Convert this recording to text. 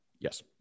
Yes